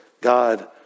God